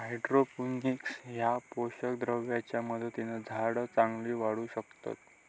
hydroponics ह्या पोषक द्रावणाच्या मदतीन झाडा चांगली वाढू शकतत